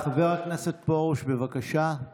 דברי הכנסת יג / מושב ראשון / ישיבות